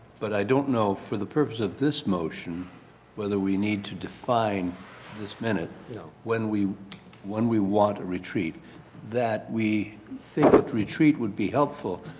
but i don't know for the purposes of this motion whether we need to define this minute you know when we when we want a retreat that we think a retreat would be helpful.